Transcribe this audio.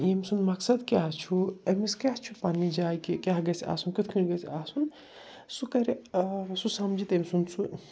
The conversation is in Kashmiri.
یٔمۍ سُنٛد مقصد کیٛاہ چھُ أمِس کیٛاہ چھُ پنٕنہِ جایہِ کہِ کیٛاہ گَژھِ آسُن کِتھٕ کٔنۍ گَژھِ آسُن سُہ کَرِ سُہ سمجھِ تٔمۍ سُنٛد سُہ